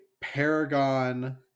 paragon